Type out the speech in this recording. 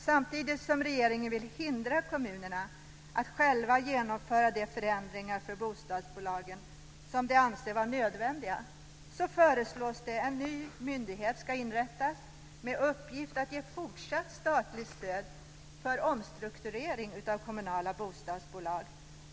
Samtidigt som regeringen vill hindra kommunerna att själva genomföra de förändringar för bostadsbolagen som de anser vara nödvändiga, föreslås att en ny myndighet ska inrättas med uppgift att ge fortsatt statligt stöd till omstrukturering av kommunala bostadsbolag.